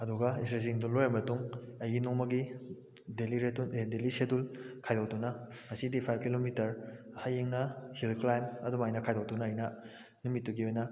ꯑꯗꯨꯒ ꯁ꯭ꯇꯔꯦꯆꯤꯡꯗꯨ ꯂꯣꯏꯔꯕ ꯃꯇꯨꯡ ꯑꯩꯒꯤ ꯅꯣꯡꯃꯒꯤ ꯗꯦꯂꯤ ꯁꯦꯗꯨꯜ ꯈꯥꯏꯗꯣꯛꯇꯨꯅ ꯉꯁꯤꯗꯤ ꯐꯥꯏꯕ ꯀꯤꯂꯣꯃꯤꯇꯔ ꯍꯌꯦꯡꯅ ꯍꯤꯜ ꯀ꯭ꯂꯥꯏꯝ ꯑꯗꯨꯝꯃꯥꯏꯅ ꯈꯥꯏꯗꯣꯛꯇꯨꯅ ꯑꯩꯅ ꯅꯨꯃꯤꯠꯇꯨꯒꯤ ꯑꯣꯏꯅ